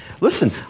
listen